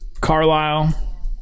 Carlisle